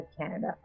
Canada